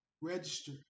register